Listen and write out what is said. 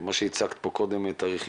כפי שהצגת פה קודם את התאריכים.